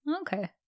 Okay